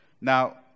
Now